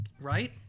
Right